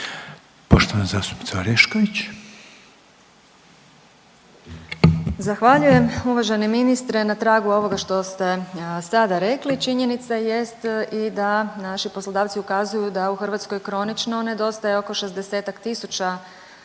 imenom i prezimenom)** Zahvaljujem. Uvaženi ministre, na tragu ovoga što ste sada rekli činjenica jest i da naši poslodavci ukazuju da u Hrvatskoj kronično nedostaje oko 60-tak tisuća